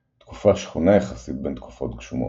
– תקופה שחונה יחסית בין תקופות גשומות.